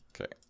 Okay